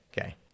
Okay